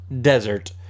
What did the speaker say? desert